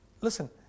Listen